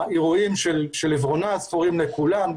האירועים של עברונה זכורים לכולם,